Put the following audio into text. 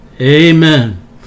Amen